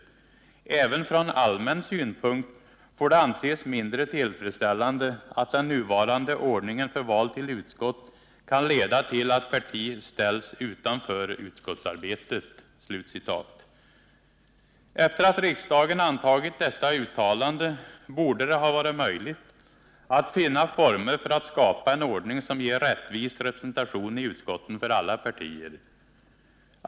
Även från allmän synpunkt får det anses mindre tillfredsställande att den nuvarande ordningen för val till utskott kan leda till att parti helt ställs utanför 101 Efter att riksdagen antagit detta uttalande borde det ha varit möjligt att finna former för att skapa en ordning som ger rättvis representation i utskotten för alla partier.